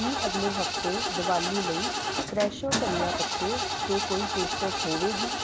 ਕੀ ਅਗਲੇ ਹਫ਼ਤੇ ਦੀਵਾਲੀ ਲਈ ਫਰੈਸ਼ੋ ਧਨੀਆ ਪੱਤੇ 'ਤੇ ਕੋਈ ਪੇਸ਼ਕਸ਼ ਹੋਵੇਗੀ